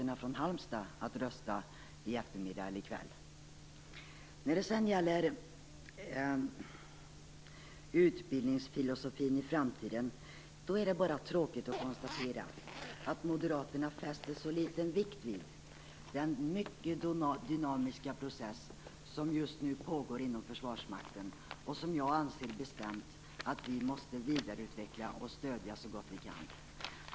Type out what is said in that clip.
När det gäller utbildningsfilosofin i framtiden är det bara tråkigt att konstatera att Moderaterna fäster så liten vikt vid den mycket dynamiska process som just nu pågår inom Försvarsmakten och som jag bestämt anser att vi måste vidareutveckla och stödja så gott vi kan.